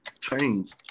change